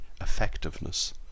effectiveness